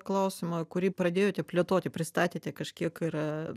klausimą kurį pradėjote plėtoti pristatėte kažkiek ir